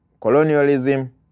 colonialism